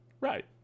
Right